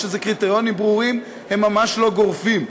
יש לזה קריטריונים ברורים, הם ממש לא גורפים.